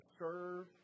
serve